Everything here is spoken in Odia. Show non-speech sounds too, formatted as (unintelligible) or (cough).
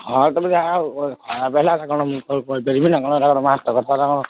ହଁ (unintelligible)